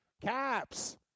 Caps